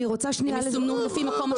הם יסומנו לפי מקום השחיטה.